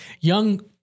young